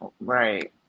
right